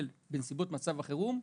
"בנסיבות מצב החירום",